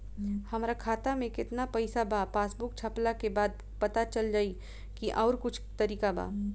हमरा खाता में केतना पइसा बा पासबुक छपला के बाद पता चल जाई कि आउर कुछ तरिका बा?